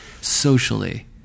socially